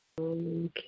Okay